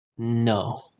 No